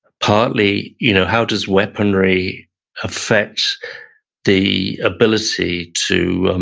partly, you know how does weaponry affect the ability to,